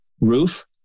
roof